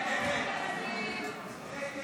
ההצעה